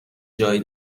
جای